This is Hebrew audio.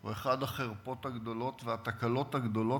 הוא אחת החרפות הגדולות והתקלות הגדולות